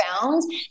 found